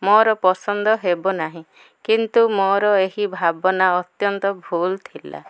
ମୋର ପସନ୍ଦ ହେବ ନାହିଁ କିନ୍ତୁ ମୋର ଏହି ଭାବନା ଅତ୍ୟନ୍ତ ଭୁଲ ଥିଲା